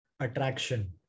attraction